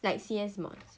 like C_S modules